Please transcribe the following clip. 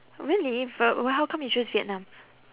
really but w~ how come you choose vietnam